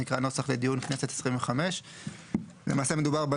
הוא נקרא נוסח לדיון כנסת 25. למעשה מדובר,